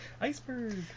Iceberg